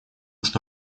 что